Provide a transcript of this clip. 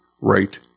right